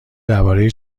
درباره